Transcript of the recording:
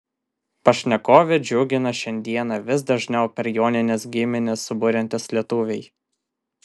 pašnekovę džiugina šiandieną vis dažniau per jonines giminę suburiantys lietuviai